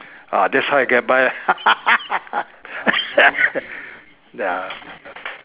ah that's how I get by lah ya